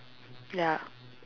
ya